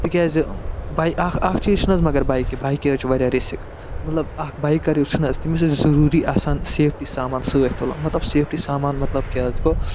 تِکیٛازِ بَے اکھ اکھ چیٖز چھُنَہ حظ مگر بایکہِ بایکہِ حظ چھُ وارِیاہ رِسِک مطلب اکھ بایکر یُس چھُنَہ حظ تٔمِس حظ چھُ ضُروٗری آسان سیفٹی سامان سۭتۍ تُلُن مطلب سیفٹی سامان مطلب کیٛاہ حظ گوٚو